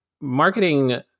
marketing